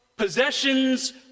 Possessions